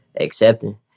accepting